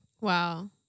Wow